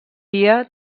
dia